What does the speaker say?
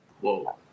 whoa